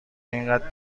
اینقد